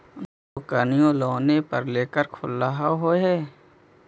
दोकनिओ लोनवे पर लेकर खोललहो हे?